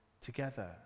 together